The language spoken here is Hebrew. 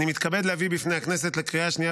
אני מתכבד להביא לפני הכנסת לקריאה השנייה